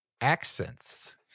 accents